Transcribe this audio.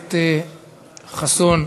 הכנסת חסון.